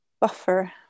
buffer